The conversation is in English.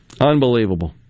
unbelievable